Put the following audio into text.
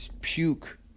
puke